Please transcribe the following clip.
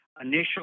initial